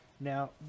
Now